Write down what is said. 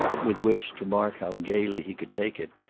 with which, to mark how gaily he could take it,